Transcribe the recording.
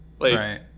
Right